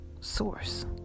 source